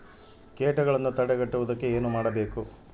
ಕೇಟಗಳನ್ನು ತಡೆಗಟ್ಟುವುದಕ್ಕೆ ಏನು ಮಾಡಬೇಕು?